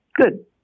good